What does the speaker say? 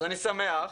אני שמח,